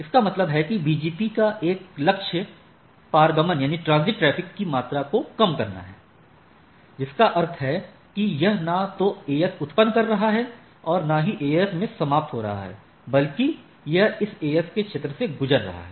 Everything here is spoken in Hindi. इसका मतलब है कि BGP का एक लक्ष्य पारगमन ट्रैफिक की मात्रा को कम करना है जिसका अर्थ है कि यह न तो AS उत्पन्न कर रहा है और न ही AS में समाप्त हो रहा है लेकिन यह इस AS के क्षेत्र से गुजर रहा है